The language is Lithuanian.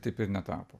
taip ir netapo